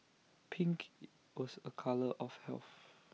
pink IT was A colour of health